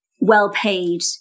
well-paid